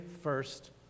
first